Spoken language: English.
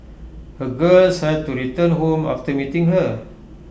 her girls had to return home after meeting her